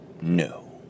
No